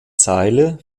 zeile